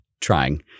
trying